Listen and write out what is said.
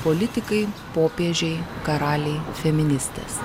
politikai popiežiai karaliai feministės